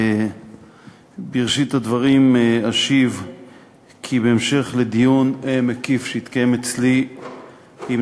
בראשית הדברים אשיב כי בהמשך לדיון מקיף שהתקיים אצלי עם